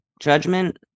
judgment